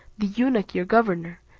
the eunuch your governor,